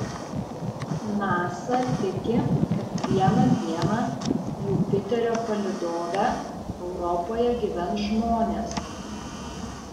nasa tiki kad vieną dieną jupiterio palydove europoje gyvens žmonės